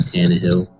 Tannehill